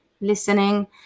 listening